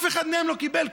אף אחד מהם לא קיבל,